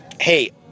hey